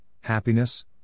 happiness